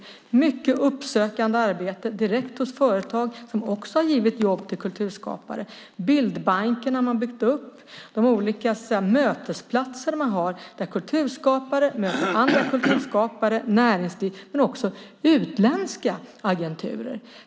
Det är mycket uppsökande arbete direkt hos företag, som också har givit jobb till kulturskapare. Bildbanken har man byggt upp. Man har olika mötesplatser där kulturskapare möter andra kulturskapare, näringsliv men också utländska agenturer.